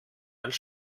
als